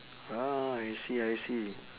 orh I see I see